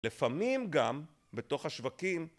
לפעמים גם בתוך השווקים